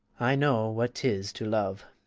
i know what tis to love,